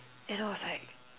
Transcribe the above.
and I was like